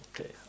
Okay